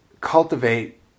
cultivate